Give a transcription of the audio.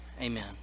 Amen